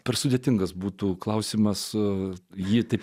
per sudėtingas būtų klausimas su ji taip